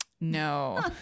No